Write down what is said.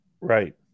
Right